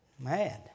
mad